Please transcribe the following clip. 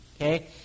okay